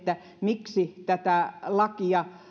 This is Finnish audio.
miksi tätä lakia